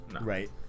right